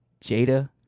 Jada